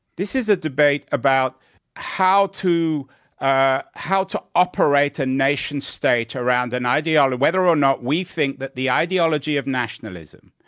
this is a debate about how to ah how to operate a nation state around an idea or whether or not we think that the ideology of nationalism,